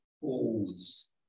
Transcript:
pause